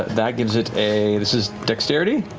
that gives it a, this is dexterity?